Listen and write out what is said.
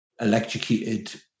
electrocuted